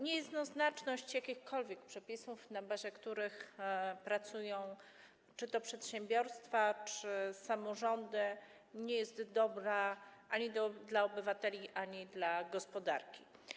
Niejednoznaczność jakichkolwiek przepisów, na bazie których pracują czy to przedsiębiorstwa, czy to samorządy, nie jest dobra ani dla obywateli, ani dla gospodarki.